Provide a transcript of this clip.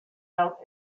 out